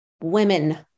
women